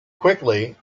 quickly